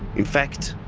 in fact,